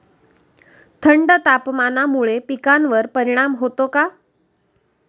थंड तापमानामुळे पिकांवर परिणाम होतो का?